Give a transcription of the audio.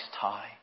tie